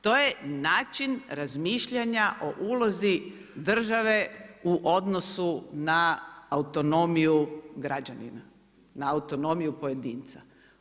To je način razmišljanja u ulozi države u odnosu na autonomiju građanina, na autonomiju pojedinca.